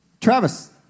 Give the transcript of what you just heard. Travis